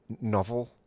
novel